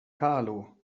carlo